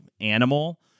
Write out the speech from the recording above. animal